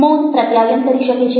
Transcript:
મૌન પ્રત્યાયન કરી શકે છે